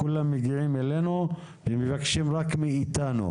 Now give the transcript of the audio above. כולם מגיעים אלינו ומבקשים רק מאתנו,